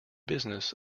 business